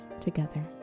together